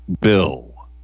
bill